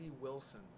Wilson